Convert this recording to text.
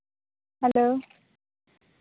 hello